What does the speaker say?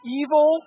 evil